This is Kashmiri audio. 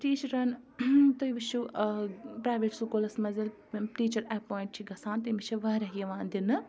ٹیٖچرَن تُہۍ وٕچھِو پرٛایویت سکوٗلَس منٛز ییٚلہِ ٹیٖچَر ایٚپوٚیِنٛٹ چھِ گژھان تٔمِس چھِ واریاہ یِوان دِنہٕ